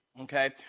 okay